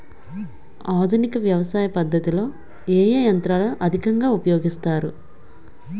ఆధునిక వ్యవసయ పద్ధతిలో ఏ ఏ యంత్రాలు అధికంగా ఉపయోగిస్తారు?